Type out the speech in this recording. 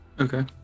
Okay